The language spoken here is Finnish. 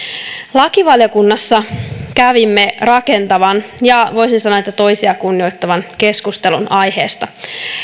lakivaliokunnassa kävimme rakentavan ja voisi sanoa toisia kunnioittavan keskustelun aiheesta